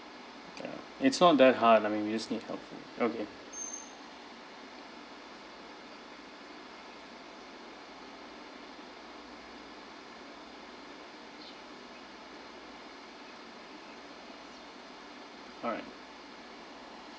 ya it's not that hard I mean you just need helpful okay all right